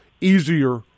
easier